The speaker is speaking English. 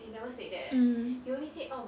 mm